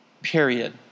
period